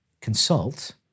consult